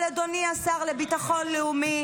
אבל אדוני השר לביטחון לאומי,